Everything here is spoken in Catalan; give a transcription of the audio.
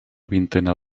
vintena